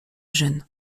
jeune